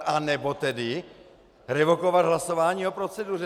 Anebo tedy revokovat hlasování o proceduře.